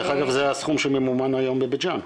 דרך אגב, זה הסכום שממומן היום בבית ג'אן.